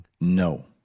No